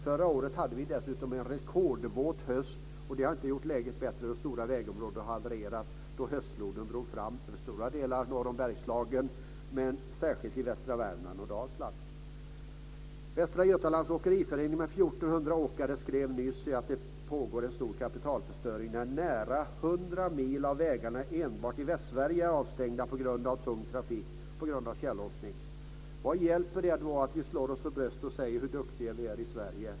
Förra året hade vi dessutom en rekordvåt höst, och det har inte gjort läget bättre då stora vägområden har havererat då höstfloden drog fram över stora delar norr om Bergslagen men särskilt i västra Värmland och Dalsland. Västra Götalands Åkeriförening med 1 400 åkare skrev nyligen att det pågår en stor kapitalförstöring när nära 100 mil av vägarna enbart i Västsverige är avstängda för tung trafik på grund av tjällossning. Vad hjälper det då att vi slår oss för bröstet och säger hur duktiga vi är i Sverige.